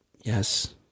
Yes